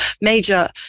major